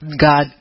God